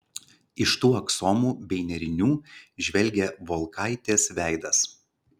iš tų aksomų bei nėrinių žvelgė volkaitės veidas